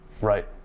Right